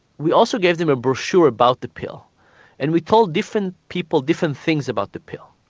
we also gave them a brochure about the pill and we told different people different things about the pill.